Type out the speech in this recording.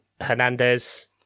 Hernandez